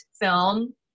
film